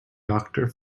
doctor